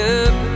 up